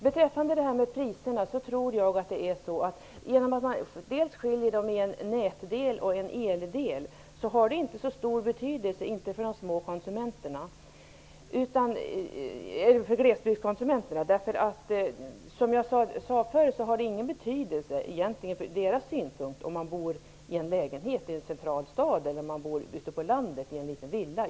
Beträffande priserna skiljer man på en nätdel och en eldel, vilket gör att det inte har så stor betydelse för de små konsumenterna om man bor i en lägenhet centralt i en stad eller ute på landet i en villa.